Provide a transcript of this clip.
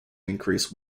increase